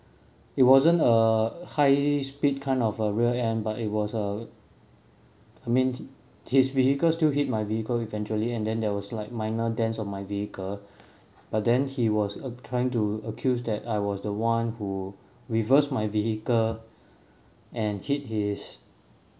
it wasn't a high speed kind of a rear end but it was a I mean his vehicle still hit my vehicle eventually and then there was like minor dents on my vehicle but then he was uh trying to accuse that I was the one who reverse my vehicle and hit his